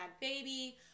Baby